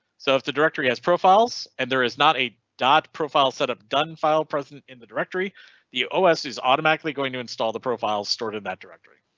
so if the directory has profiles and there is not a dot profile setup done file present in the directory the os is automatically going to stall the profiles stored in that directory.